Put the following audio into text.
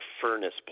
furnace